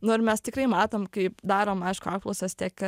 nu ir mes tikrai matom kaip darom aišku apklausas tiek